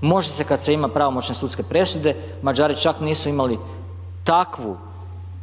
može se kad se ima pravomoćne sudske presude, Mađari čak nisu imali takvu